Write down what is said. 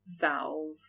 Valve